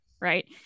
Right